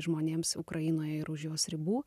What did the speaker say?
žmonėms ukrainoje ir už jos ribų